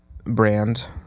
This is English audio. brand